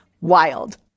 wild